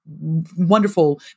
wonderful